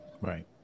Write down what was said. right